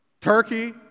turkey